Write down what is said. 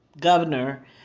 governor